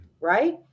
Right